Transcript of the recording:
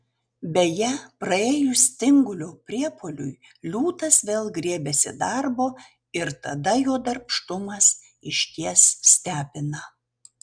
beje praėjus tingulio priepuoliui liūtas vėl griebiasi darbo ir tada jo darbštumas išties stebina